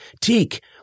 Teak